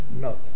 No